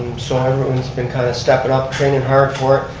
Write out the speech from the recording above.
so everyone's been kind of stepping up, training hard for it.